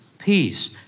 Peace